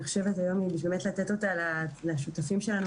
היא באמת לתת אותה לשותפים שלנו,